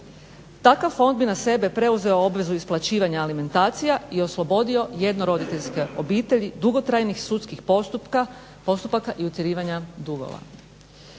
Takav fond bi na sebe preuzeo obvezu isplaćivanja alimentacija i oslobodio jednoroditeljske obitelji dugotrajnih sudskih postupaka i utjerivanja dugova.